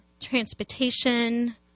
Transportation